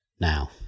Now